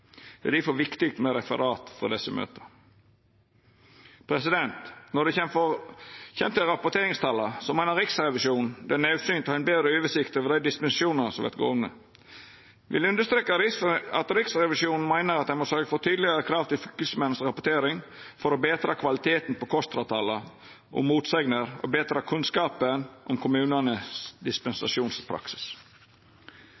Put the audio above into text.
Det er difor viktig med referat frå desse møta. Når det kjem til rapporteringstala, meiner Riksrevisjonen at det er naudsynt å ha ein betre oversikt over dei dispensasjonane som vert gjevne. Eg vil understreka at Riksrevisjonen meiner at ein må sørgja for tydelegare krav til rapporteringa frå fylkesmennene for å betra kvaliteten på KOSTRA-tala om motsegner, og betra kunnskapen om dispensasjonspraksisen til kommunane.